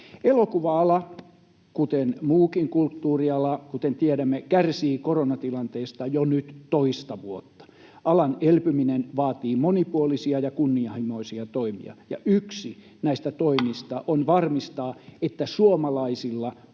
Elokuva-ala, kuten muukin kulttuuriala, kuten tiedämme, kärsii koronatilanteesta nyt jo toista vuotta. Alan elpyminen vaatii monipuolisia ja kunnianhimoisia toimia, ja yksi näistä toimista on varmistaa, että suomalaisilla on